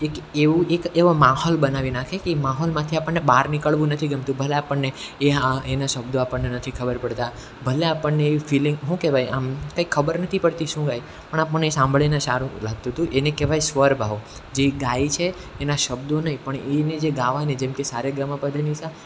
એક એવું એક એવા માહોલ બનાવી નાખે કે એ માહોલમાંથી આપણને બહાર નીકળવું નથી ગમતું ભલે આપણને એ હા એના શબ્દો આપણને નથી ખબર પડતા ભલે આપણને એવી ફિલિંગ શું કહેવાય આમ કંઈ ખબર નથી પડતી શું ગાય પણ આ મને સાંભળીને સારું લાગતું હતું એને કહેવાય સ્વર વાહો જે ગાય છે એના શબ્દો નહિ પણ એને જે ગાવાની જેમ કે સારેગામાપધનિસા